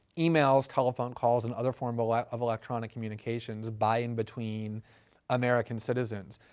emails, telephone calls, and other form but like of electronic communications by and between american citizens.